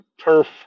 turf